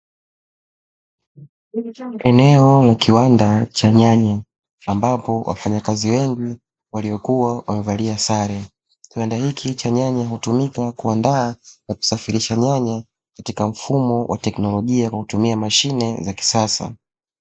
Eneo la kiwanda cha nyanya, ambapo wafanyakazi wengi waliokuwa wamevalia sare. kiwanda hiki cha nyanya hutumika kuandaa na kusafirisha nyanya katika mfumo wa tekinolojia ya kisasa